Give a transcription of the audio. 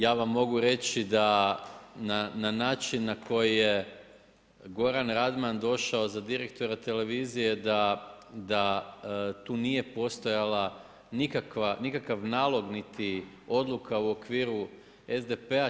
Ja vam mogu reći da na način na koji je Goran Radman došao za direktora Televizije da tu nije postojala nikakva, nikakav nalog niti odluka u okviru SDP-a.